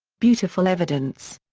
beautiful evidence.